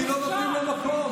כי לא נותנים לו מקום.